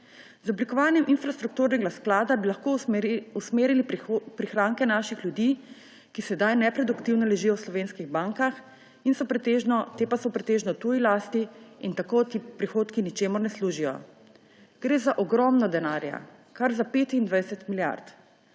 Z oblikovanjem infrastrukturnega sklada bi lahko usmerili prihranke naših ljudi, ki sedaj neproduktivno ležijo v slovenskih bankah, te pa so pretežno v tuji lasti in tako ti prihodki ničemur ne služijo. Gre za ogromno denarja, kar za 25 milijard.